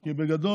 כי בגדול,